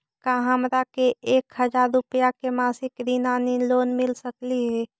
का हमरा के एक हजार रुपया के मासिक ऋण यानी लोन मिल सकली हे?